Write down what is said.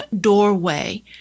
doorway